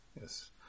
Yes